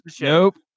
nope